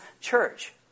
church